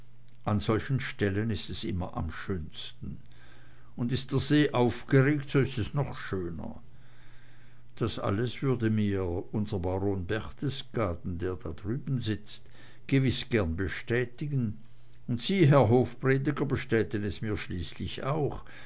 an solchen stellen ist es am schönsten und ist der see aufgeregt so ist es noch schöner das alles würde mir unser baron berchtesgaden der da drüben sitzt gewiß gern bestätigen und sie herr hofprediger bestätigen es mir schließlich auch